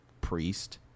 priest